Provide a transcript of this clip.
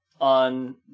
on